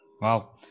Wow